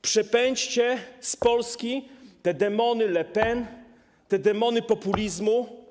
Przepędźcie z Polski te demony Le Pen, te demony populizmu.